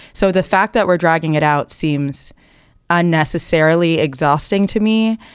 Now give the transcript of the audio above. so the fact that we're dragging it out seems unnecessarily exhausting to me